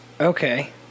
Okay